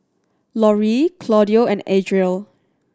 Laurie Claudio and Adriel